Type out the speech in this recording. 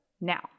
Now